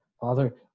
Father